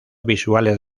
visuales